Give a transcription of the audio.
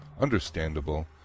understandable